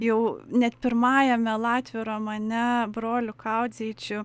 jau net pirmajame latvių romane brolių kaudzyčių